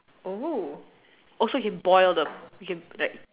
oh also he boiled the he can like